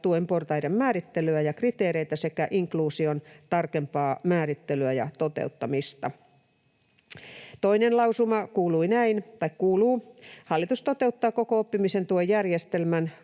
tuen portaiden määrittelyä ja kriteereitä sekä inkluusion tarkempaa määrittelyä ja toteuttamista.” Toinen lausuma kuuluu näin: ”Hallitus toteuttaa koko oppimisen tuen järjestelmän